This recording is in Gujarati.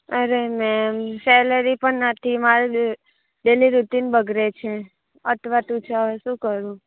અરે મેમ સેલરી પણ નથી મારી ડ ડેઈલી રૂટીન બગડે છે અટવાતું છે હવે શું કરું